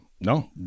no